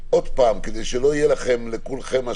עוד פעם, כדי שלא יהיו לכם אשליות: